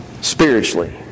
spiritually